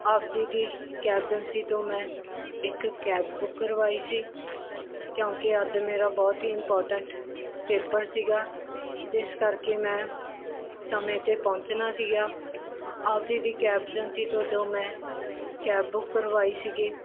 ਆਪ ਜੀ ਦੀ ਕੈਬ ਏਜੰਸੀ ਤੋਂ ਮੈਂ ਇੱਕ ਕੈਬ ਬੁਕ ਕਰਵਾਈ ਸੀ ਕਿਉਂਕਿ ਅੱਜ ਮੇਰਾ ਬਹੁਤ ਹੀ ਇੰਪੋਰਟੈਂਟ ਪੇਪਰ ਸੀਗਾ ਜਿਸ ਕਰਕੇ ਮੈਂ ਸਮੇਂ 'ਤੇ ਪਹੁੰਚਣਾ ਸੀਗਾ ਆਪ ਜੀ ਦੀ ਕੈਬ ਏਜੰਸੀ ਤੋਂ ਜੋ ਮੈਂ ਕੈਬ ਬੁੱਕ ਕਰਵਾਈ ਸੀਗੀ